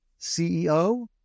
CEO